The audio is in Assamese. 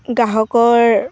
গ্ৰাহকৰ